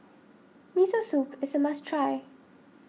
Miso Soup is a must try